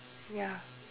ya